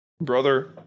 brother